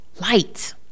light